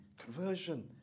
conversion